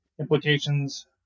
implications